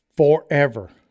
Forever